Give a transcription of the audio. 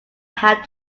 have